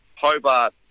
Hobart